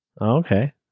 Okay